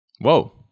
Whoa